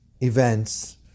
events